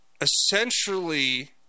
essentially